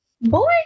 Boy